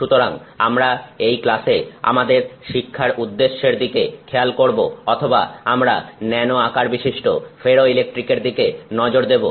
সুতরাং আমরা এই ক্লাসে আমাদের শিক্ষার উদ্দেশ্যর দিকে খেয়াল করব অথবা আমরা ন্যানো আকারবিশিষ্ট ফেরোইলেকট্রিকের দিকে নজর দেবো